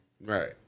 right